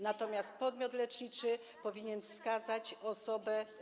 Natomiast podmiot leczniczy powinien wskazać osobę.